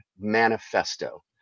manifesto